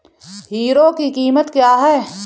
Hero की कीमत क्या है?